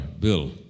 bill